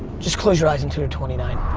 just close your eyes until you're twenty nine.